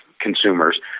consumers